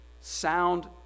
sound